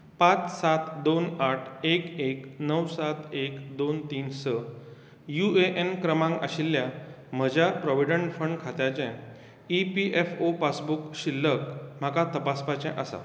पांच सात दोन आठ एक एक णव सात एक दोन तीन स यु ए एन क्रमांक आशिल्ल्या म्हज्या प्रॉविडंट फंड खात्याचें E P F O passbook शिल्लक म्हाका तपासपाचें आसा